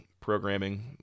programming